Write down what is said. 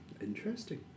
Interesting